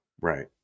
Right